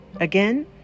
Again